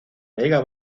vega